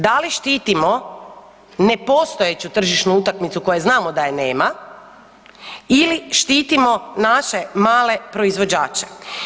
Da li štitimo nepostojeću tržišnu utakmicu koje znamo da je nema ili štitimo naše male proizvođače?